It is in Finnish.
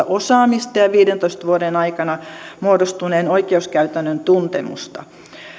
osaamista ja viidentoista vuoden aikana muodostuneen oikeuskäytännön tuntemusta